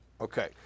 Okay